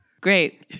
Great